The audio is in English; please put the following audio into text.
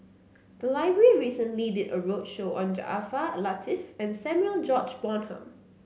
the library recently did a roadshow on Jaafar Latiff and Samuel George Bonham